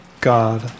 God